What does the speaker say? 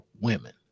women